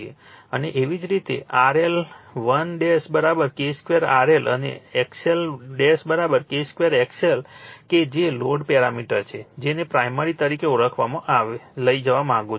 અને એવી જ રીતે RL1 K2 RL અને XL1 K2 XL કે જે લોડ પેરામીટર્સ છે જેને પ્રાઇમરી તરીકે ઓળખવામાં આવે છે